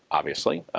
obviously.